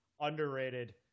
underrated